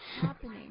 happening